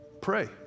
pray